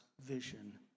vision